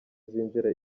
zinjira